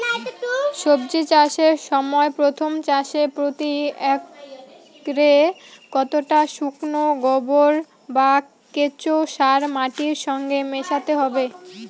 সবজি চাষের সময় প্রথম চাষে প্রতি একরে কতটা শুকনো গোবর বা কেঁচো সার মাটির সঙ্গে মেশাতে হবে?